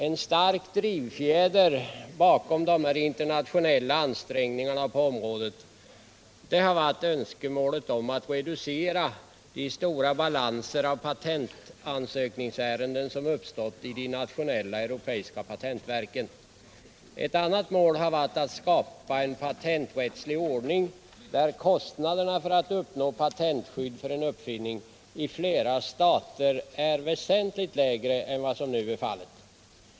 En stark drivfjäder bakom de internationella ansträngningarna på området har varit önskemålet om att reducera de stora balanser av patentansökningsärenden som uppstått i de nationella europeiska patentverken. Ett annat mål har varit att skapa en patenträttslig ordning där kostnaderna för att uppnå patentskydd för en uppfinning i flera stater är väsentligt lägre än vad som nu är fallet.